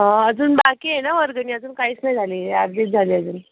अजून बाकी आहे ना वर्गणी अजून काहीच नाही झाली अर्धीच झाली आहे अजून